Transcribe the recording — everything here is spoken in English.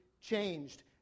changed